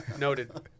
Noted